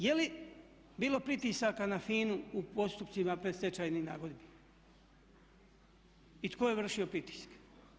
Je li bilo pritisaka na FINA-u u postupcima predstečajnih nagodbi i tko je vršio pritiske?